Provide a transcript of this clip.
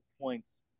points